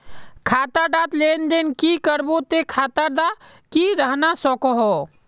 खाता डात लेन देन नि करबो ते खाता दा की रहना सकोहो?